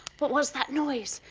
but what's that noise?